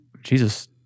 Jesus